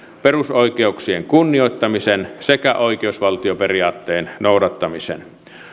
perusoikeuksien kunnioittamisen sekä oikeusvaltioperiaatteen noudattamisen